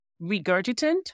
regurgitant